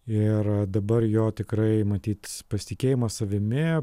ir dabar jo tikrai matyt pasitikėjimas savimi